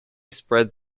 spread